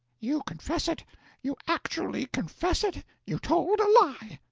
you confess it you actually confess it you told a lie!